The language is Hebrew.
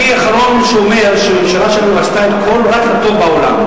אני האחרון שאומר שהממשלה שלנו עשתה רק את כל הטוב בעולם.